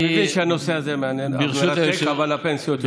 אני מודה שהנושא הזה מעניין, אבל הפנסיות יותר.